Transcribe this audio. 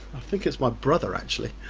think it's my brother actually